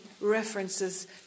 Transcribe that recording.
references